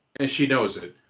and she knows it.